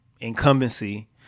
Incumbency